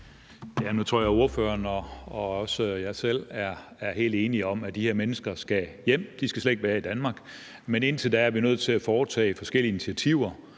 Nu tror jeg også, at ordføreren og jeg selv er helt enige om, at de her mennesker skal hjem. De skal slet ikke være i Danmark, men indtil de kommer hjem, er vi nødt til at foretage forskellige initiativer,